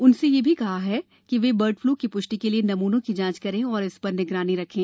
उनसे यह भी कहा गया है कि वे बर्डफ्लू की पुष्टि के लिए नमूनों की जांच करें और इसपर निगरानी रखें